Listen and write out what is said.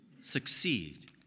Succeed